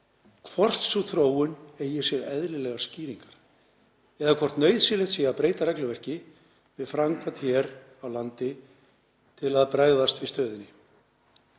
hvort sú þróun eigi sér eðlilegar skýringar eða hvort nauðsynlegt sé að breyta regluverki eða framkvæmd hér á landi til að bregðast við stöðunni.